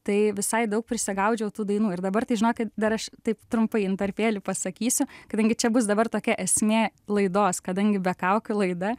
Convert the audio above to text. tai visai daug prisigaudžiau tų dainų ir dabar tai žinokit dar aš taip trumpai intarpėlį pasakysiu kadangi čia bus dabar tokia esmė laidos kadangi be kaukių laida